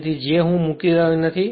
તેથી j હું મૂકી રહ્યો નથી